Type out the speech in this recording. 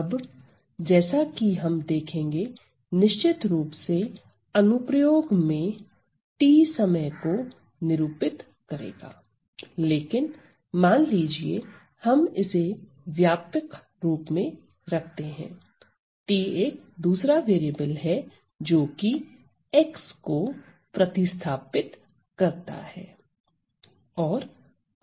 अब जैसा कि हम देखेंगे निश्चित रूप से अनुप्रयोग में t समय को निरूपित करेगा लेकिन मान लीजिए हम इसे व्यापक रूप में रखते हैं t एक दूसरा वेरिएबल है जोकि x को प्रतिस्थापित करता है